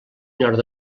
nord